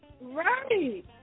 Right